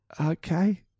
Okay